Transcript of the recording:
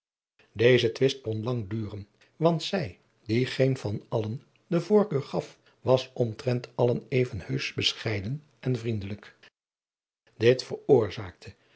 twist kon lang duren want zij die geen van allen de voorkeur gaf was omtrent allen even heusch bescheiden en vriendelijk dit veroorzaakte